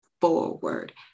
forward